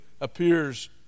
appears